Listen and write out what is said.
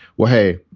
well, hey,